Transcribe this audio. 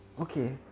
Okay